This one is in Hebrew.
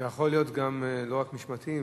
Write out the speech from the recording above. זה יכול להיות לא רק משמעתיים,